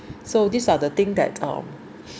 so these are the thing that um